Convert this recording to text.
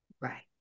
right